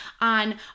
on